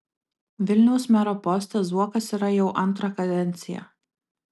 vilniaus mero poste zuokas yra jau antrą kadenciją